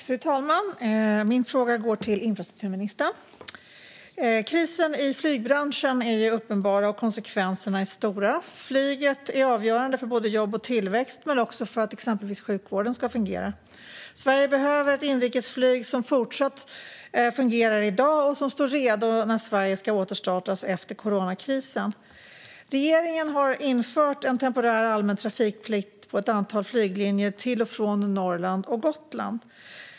Fru talman! Min fråga går till infrastrukturministern. Krisen i flygbranschen är uppenbar, och konsekvenserna är stora. Flyget är avgörande för både jobb och tillväxt men också för att exempelvis sjukvården ska fungera. Sverige behöver ett inrikesflyg som fortsätter fungera i dag och står redo när Sverige ska återstartas efter coronakrisen. Regeringen har infört en temporär allmän trafikplikt på ett antal flyglinjer till och från Norrland och Gotland.